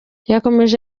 yakomeje